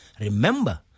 remember